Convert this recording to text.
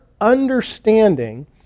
understanding